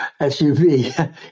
SUV